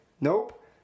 Nope